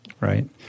right